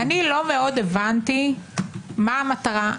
אני לא הבנתי לגמרי מה המטרה.